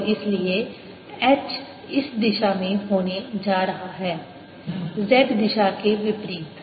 और इसलिए H इस दिशा में होने जा रहा है z दिशा के विपरीत